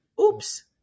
Oops